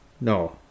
No